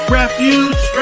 refuge